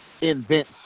invent